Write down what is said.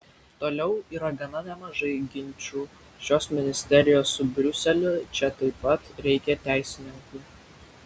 toliau yra gana nemažai ginčų šios ministerijos su briuseliu čia taip pat reikia teisininkų